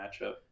matchup